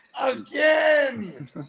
Again